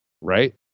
right